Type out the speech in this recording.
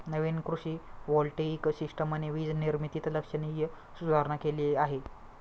नवीन कृषी व्होल्टेइक सिस्टमने वीज निर्मितीत लक्षणीय सुधारणा केली आहे